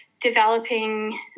developing